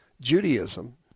Judaism